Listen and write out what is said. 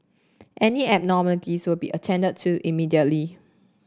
any abnormalities would be attended to immediately